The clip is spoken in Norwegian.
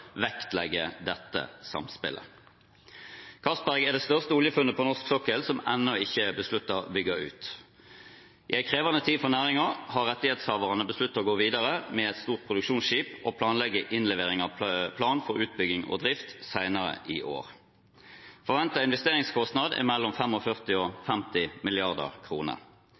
vektlegger dette samspillet. Johan Castberg-feltet er det største oljefunnet på norsk sokkel som ennå ikke er besluttet bygd ut. I en krevende tid for næringen har rettighetshaverne besluttet å gå videre med et stort produksjonsskip og planlegge innlevering av plan for utbygging og drift senere i år. Forventede investeringskostnader er på mellom 45 og 50